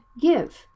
give